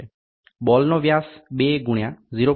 બોલનો વ્યાસ 2 ગુણ્યા 0